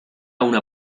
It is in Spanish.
una